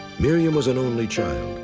miriam was an only child.